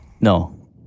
No